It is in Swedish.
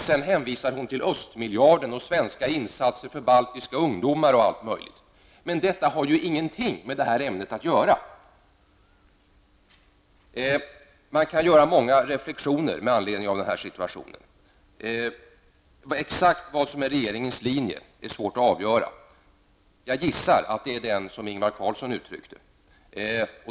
Sedan hänvisar hon till ''östmiljarden'' och svenska insatser för baltiska ungdomar, och allt möjligt. Men detta har ju ingenting med det här ämnet att göra. Man kan göra många reflexioner med anledning av den här situationen. Exakt vad som är regeringens linje är svårt att avgöra. Jag gissar att det är den som Ingvar Carlsson uttryckte.